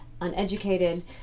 uneducated